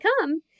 come